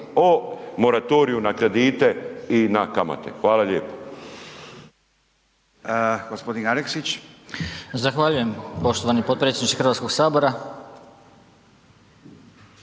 o moratoriju na kredite i na kamate. Hvala lijepo.